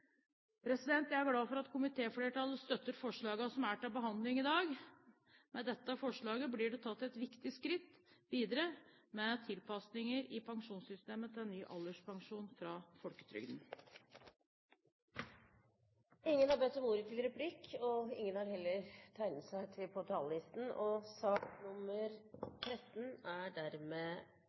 karakter. Jeg er glad for at komitéflertallet støtter forslagene som er til behandling i dag. Med dette forslaget blir det tatt et viktig skritt videre med tilpasninger i pensjonssystemet til ny alderspensjon fra folketrygden. Flere har ikke bedt om ordet til sak nr. 13. Etter ønske fra arbeids- og sosialkomiteen vil presidenten foreslå at taletiden begrenses til 40 minutter og